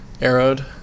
Arrowed